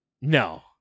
No